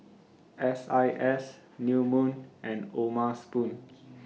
S I S New Moon and O'ma Spoon